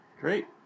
Great